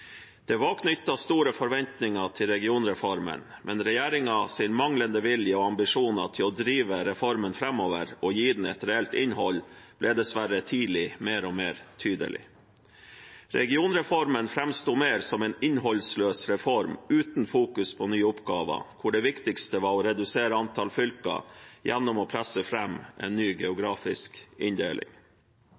Det var knyttet store forventninger til regionreformen, men regjeringens manglende vilje og ambisjoner til å drive reformen framover og gi den et reelt innhold ble dessverre tidlig mer og mer tydelig. Regionreformen framsto mer som en innholdsløs reform uten fokus på nye oppgaver, hvor det viktigste var å redusere antall fylker gjennom å presse fram en ny geografisk inndeling.